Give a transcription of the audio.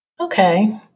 Okay